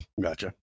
gotcha